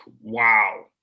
wow